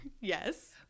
Yes